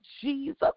Jesus